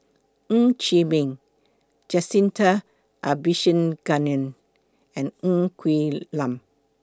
Ng Chee Meng Jacintha Abisheganaden and Ng Quee Lam